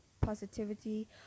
positivity